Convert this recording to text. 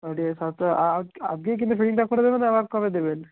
হ্যাঁ ঠিক আছে সাতটা আর আজ আজকেই কিন্তু ফিটিংটা করে দিবেন না আবার কবে দেবেন